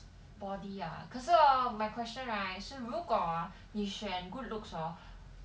body ah 可是 orh my question right 是如果 orh 你选 good looks hor